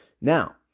Now